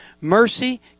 mercy